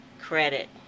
credit